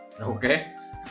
Okay